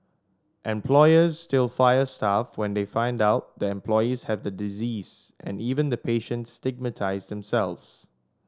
employers still fire staff when they find out the employees have the disease and even the patients stigmatise themselves